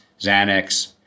Xanax